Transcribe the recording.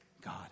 God